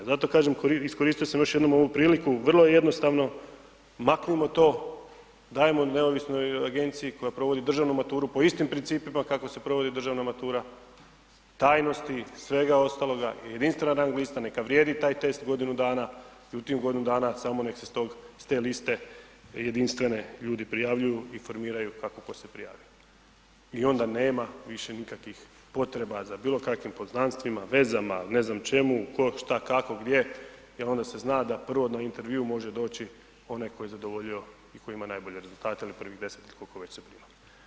Zato kažem iskoristio sam još jednom ovu priliku, vrlo je jednostavno, maknimo to, dajemo neovisnoj agenciji koja provodi državnu maturu po istim principima kako se provodi državna matura, tajnosti, svega ostaloga i jedinstvena rang lista, neka vrijedi taj test godinu dana i u tih godinu dana samo nek se s te liste jedinstvene ljudi prijavljuju i formiraju kako tko se prijavi i onda nema više nikakvih potreba za bilo kakvim poznanstvima vezama ne znam čemu, tko šta kako gdje, jer onda se zna da prvo na interviu može doći onaj koji je zadovoljio i koji ima najbolje rezultate ili prvih 10 ili kolko već se prijavi.